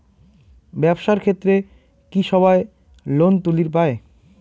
ব্যবসার ক্ষেত্রে কি সবায় লোন তুলির পায়?